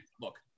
Look